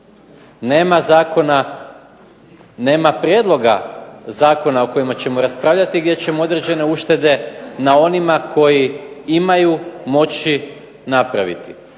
Nema zakona, nema prijedloga zakona o kojima ćemo raspravljati gdje ćemo određene uštede na onima koji imaju moći napraviti.